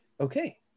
Okay